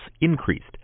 increased